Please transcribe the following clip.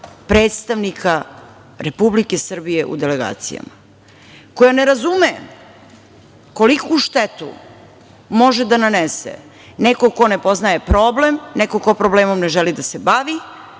predstavnika Republike Srbije u delegacijama, koja ne razume koliku štetu može da nanese, neko ko ne poznaje problem, neko ko problemom ne želi da se bavi